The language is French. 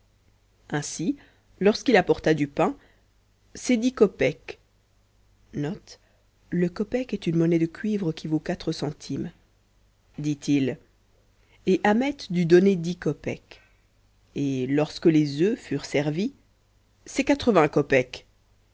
ainsi lorsqu'il apporta du pain c'est dix kopeks dit-il note le kopek est une monnaie de cuivre qui vaut quatre centimes et ahmet dut donner dix kopeks et lorsque les oeufs furent servis c'est quatre-vingts